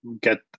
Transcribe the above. get